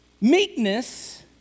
meekness